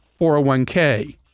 401k